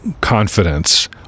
confidence